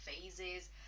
phases